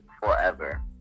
forever